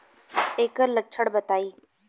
एकर लक्षण बताई?